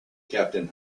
captain